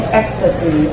ecstasy